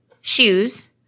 shoes